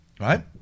Right